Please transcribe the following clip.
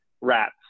rats